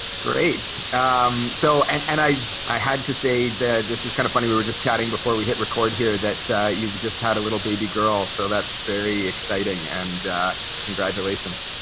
great um so and and i i had to say that this is kind of funny we were just chatting before we hit record here that you've just had a little baby girl so that's very exciting and congratulations.